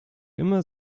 immer